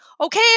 Okay